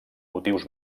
motius